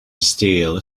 steel